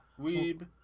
Weeb